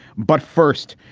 but first,